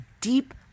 deep